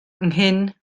nghyn